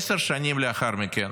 עשר שנים לאחר מכן,